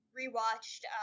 rewatched